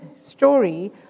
story